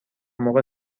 موقع